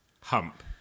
Hump